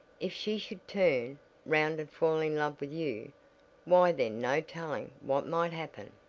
if she should turn round and fall in love with you why then no telling what might happen.